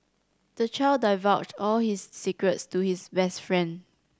the child divulged all his secrets to his best friend